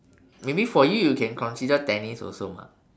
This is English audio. maybe for you you can consider tennis also mah